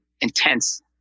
intense